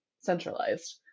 centralized